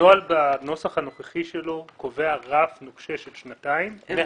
הנוהל בנוסח הנוכחי שלו קובע רף נוקשה של שנתיים ופנייה לוועדה.